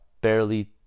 barely